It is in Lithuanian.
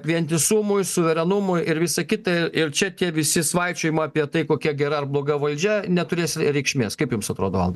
vientisumui suverenumui ir visa kita ir ir čia tie visi svaičiojimai apie tai kokia gera ar bloga valdžia neturės re reikšmės kaip jums atrodo valdai